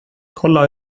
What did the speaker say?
kolla